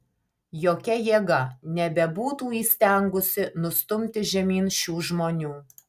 jokia jėga nebebūtų įstengusi nustumti žemyn šių žmonių